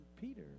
Peter